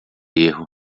erro